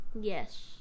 Yes